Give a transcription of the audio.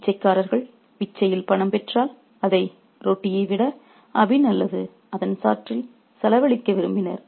பிச்சைக்காரர்கள் பிச்சையில் பணம் பெற்றால் அதை ரொட்டியை விட அபின் அல்லது அதன் சாற்றில் செலவழிக்க விரும்பினர்